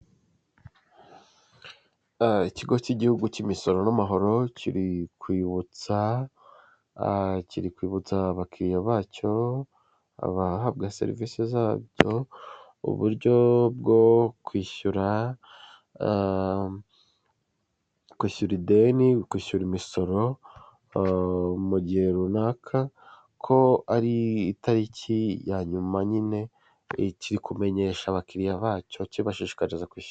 Ikigo cy'igihugu cy'imisoro n'amahoro kiri kwibutsa kiri kwibutsa abakiriya bacyo abahabwa serivisi zacyo uburyo bwo kwishyura. Kwishyura ideni, kwishyura imisoro mu gihe runaka ko ari itariki yanyuma nyine ikiri kumenyesha abakiriya bacyo kibashishiriza kwishyu.